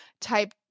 type